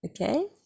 Okay